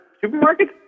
supermarket